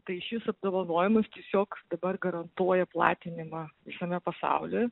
tai šis apdovanojimas tiesiog dabar garantuoja platinimą visame pasauly